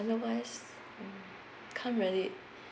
otherwise can't really